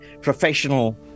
professional